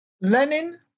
Lenin